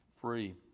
free